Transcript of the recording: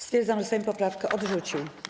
Stwierdzam, że Sejm poprawkę odrzucił.